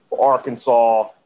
Arkansas